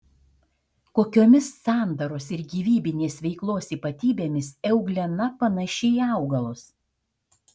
kokiomis sandaros ir gyvybinės veiklos ypatybėmis euglena panaši į augalus